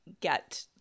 get